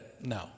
no